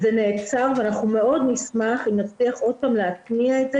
הן צריכות הרבה יותר מערכות תמיכה.